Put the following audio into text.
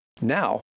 Now